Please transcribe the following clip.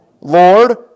Lord